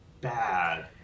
bad